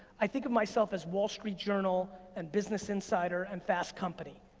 i think of myself as wall street journal and business insider and fast company.